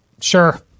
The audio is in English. Sure